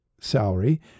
salary